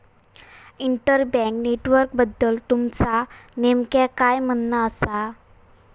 inter bank नेटवर्कबद्दल तुमचा नेमक्या काय म्हणना आसा